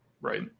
Right